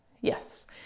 Yes